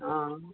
हा